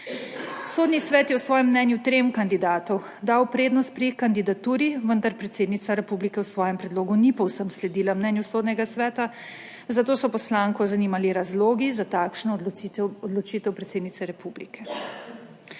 Sodni svet je v svojem mnenju trem kandidatom dal prednost pri kandidaturi, vendar predsednica republike v svojem predlogu ni povsem sledila mnenju Sodnega sveta, zato so poslanko zanimali razlogi za takšno odločitev predsednice Republike.